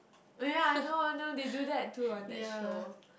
oh yea I know I know they do that too on that show